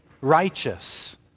righteous